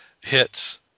hits